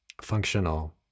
functional